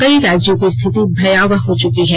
कई राज्यों की स्थिति भयावह हो चुकी है